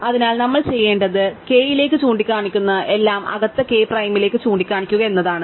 അതിനാൽ നമ്മൾ ചെയ്യേണ്ടത് കെയിലേക്ക് ചൂണ്ടിക്കാണിക്കുന്ന എല്ലാം അകത്ത് കെ പ്രൈമിലേക്ക് ചൂണ്ടിക്കാണിക്കുക എന്നതാണ്